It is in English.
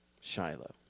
Shiloh